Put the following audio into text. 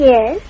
Yes